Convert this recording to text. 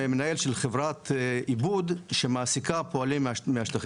מנהל של חברת עיבוד שמעסיקה פועלים מהשטחים.